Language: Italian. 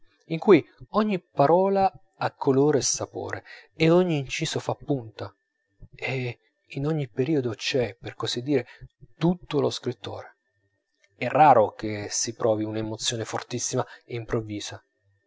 in cui ogni parola ha colore e sapore e ogni inciso fa punta e in ogni periodo c'è per così dire tutto lo scrittore è raro che ci si provi una emozione fortissima e improvvisa